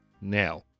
now